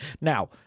Now